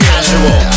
Casual